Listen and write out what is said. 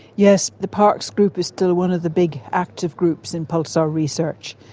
yes, the parkes group is still one of the big active groups in pulsar research,